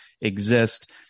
exist